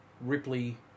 Ripley